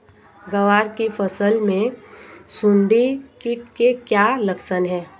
ग्वार की फसल में सुंडी कीट के क्या लक्षण है?